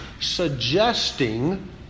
suggesting